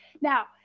Now